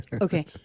Okay